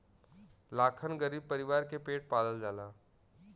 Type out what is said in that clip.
लाखन गरीब परीवार के पेट पालल जाला